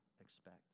expect